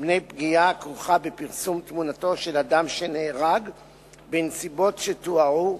מפני פגיעה הכרוכה בפרסום תמונתו של אדם שנהרג בנסיבות שתוארו,